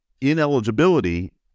Ineligibility